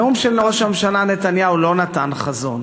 הנאום של ראש הממשלה נתניהו לא נתן חזון